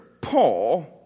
Paul